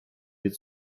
від